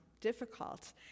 difficult